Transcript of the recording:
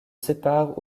sépare